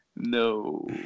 no